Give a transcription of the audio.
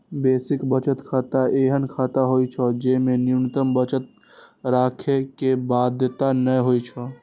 basic बचत खाता एहन खाता होइ छै, जेमे न्यूनतम बचत राखै के बाध्यता नै होइ छै